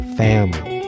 family